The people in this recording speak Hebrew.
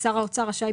"שר האוצר רשאי,